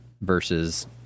versus